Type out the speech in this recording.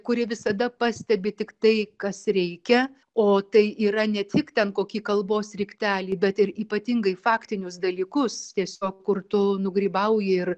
kuri visada pastebi tik tai kas reikia o tai yra ne tik ten kokį kalbos riktelį bet ir ypatingai faktinius dalykus tiesiog kur tu nugrybauji ir